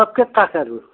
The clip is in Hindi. रख के का करबू